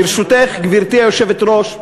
ברשותך, גברתי היושבת-ראש,